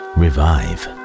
revive